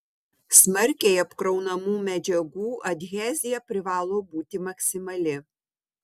smarkiai apkraunamų medžiagų adhezija privalo būti maksimali